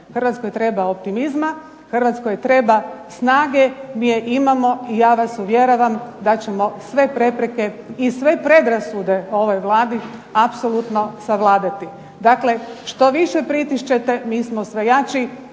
Hrvatskoj treba optimizma, Hrvatskoj treba snage. Mi je imamo i ja vas uvjeravam da ćemo sve prepreke i predrasude o ovoj Vladi apsolutno savladati. Dakle, što više pritišćete mi smo sve jači